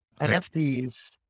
NFTs